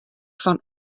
fan